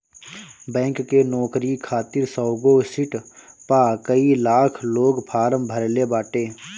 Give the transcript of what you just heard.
bank के नोकरी खातिर सौगो सिट पअ कई लाख लोग फार्म भरले बाटे